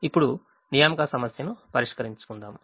ఇప్పుడు assignment problem ను పరిష్కరించుకుందాం